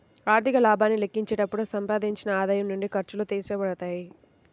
ఆర్థిక లాభాన్ని లెక్కించేటప్పుడు సంపాదించిన ఆదాయం నుండి ఖర్చులు తీసివేయబడతాయి